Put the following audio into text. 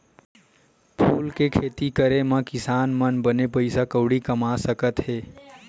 फूल के खेती करे मा किसान मन बने पइसा कउड़ी कमा सकत हे